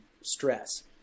stress